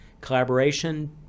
collaboration